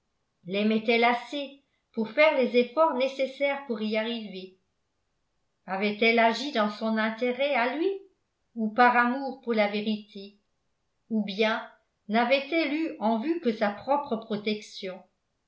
laimait elle assez pour faire les efforts nécessaires pour y arriver avait-elle agi dans son intérêt à lui ou par amour pour la vérité ou bien n'avait-elle eu en vue que sa propre protection